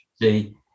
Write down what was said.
see